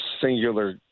singular